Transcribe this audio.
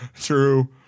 True